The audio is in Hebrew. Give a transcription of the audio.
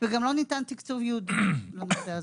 וגם לא ניתן תקצוב ייעודי לנושא הזה.